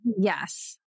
Yes